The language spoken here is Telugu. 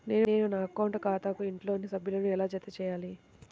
నేను నా అకౌంట్ ఖాతాకు ఇంట్లోని సభ్యులను ఎలా జతచేయాలి?